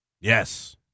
Yes